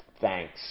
thanks